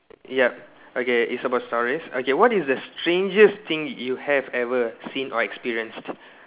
yup okay it's about stories okay what is the strangest thing you have ever seen or experienced